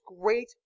great